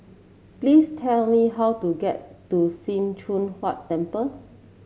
please tell me how to get to Sim Choon Huat Temple